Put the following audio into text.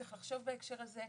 צריך לחשוב בהקשר הזה,